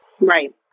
Right